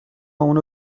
اونو